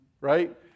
right